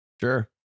Sure